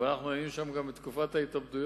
אבל אנחנו היינו שם גם בתקופת ההתאבדויות,